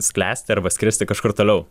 sklęsti arba skristi kažkur toliau